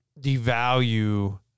devalue